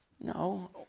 No